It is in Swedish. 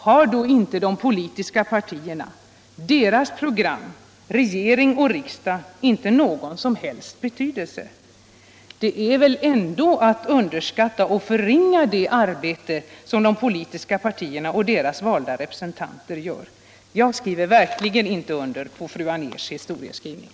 Har då inte de politiska partierna, deras program, regeringen och riksdagen någon som helst betydelse? Det är väl ändå att underskatta och förringa det arbete som de politiska partierna och deras valda representanter gör. Jag skriver verkligen inte under på fru Anérs historieskrivning.